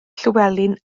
llywelyn